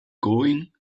going